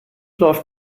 läuft